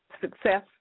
success